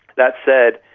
that said,